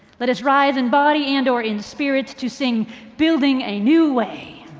let us rise in body and or in spirit to sing building a new way.